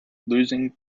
losing